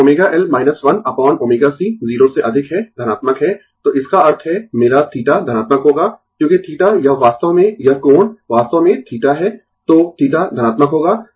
तो ω L 1 upon ω c 0 से अधिक है धनात्मक है तो इसका अर्थ है मेरा θ धनात्मक होगा क्योंकि θ यह वास्तव में यह कोण वास्तव में θ है तो θ धनात्मक होगा